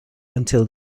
until